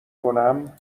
کنم